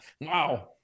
Wow